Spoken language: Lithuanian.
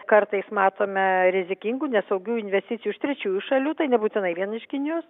kartais matome rizikingų nesaugių investicijų iš trečiųjų šalių tai nebūtinai vien iš kinijos